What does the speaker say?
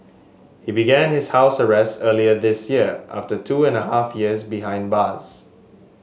he began his house arrest earlier this year after two and a half years behind bars